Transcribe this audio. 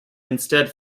instead